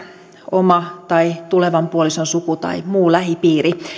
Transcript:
oma tai tulevan puolison suku tai muu lähipiiri